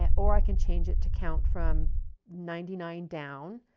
and or i can change it to count from ninety nine down.